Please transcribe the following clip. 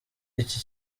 iki